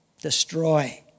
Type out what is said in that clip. destroy